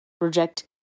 reject